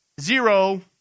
Zero